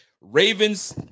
ravens